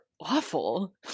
awful